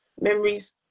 memories